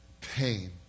pain